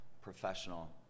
professional